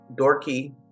dorky